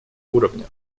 уровнях